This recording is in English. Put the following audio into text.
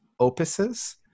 opuses